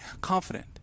confident